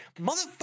motherfucker